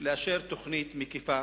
לאשר תוכנית מקיפה